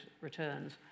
returns